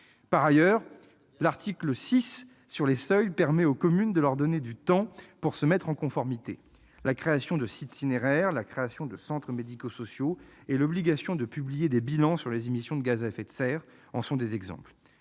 Par ailleurs, l'article 6 sur les seuils permet de donner du temps aux communes pour se mettre en conformité. La création de sites cinéraires, la création de centres médico-sociaux et l'obligation de publier des bilans sur les émissions de gaz à effet de serre en sont des exemples.